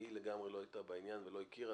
היא לגמרי לא הייתה בעניין ולא הכירה,